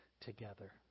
together